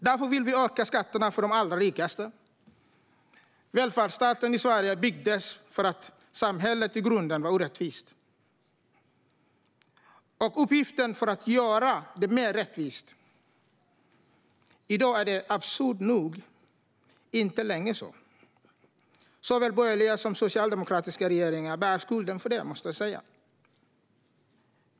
Därför vill vi öka skatterna för de allra rikaste. Välfärdsstaten i Sverige byggdes för att samhället i grunden var orättvist, och uppgiften var att göra det mer rättvist. I dag är det, absurt nog, inte längre så. Såväl borgerliga som socialdemokratiska regeringar bär skulden för det.